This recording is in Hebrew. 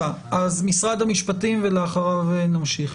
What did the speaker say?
בבקשה, משרד המשפטים, ואחריו נמשיך.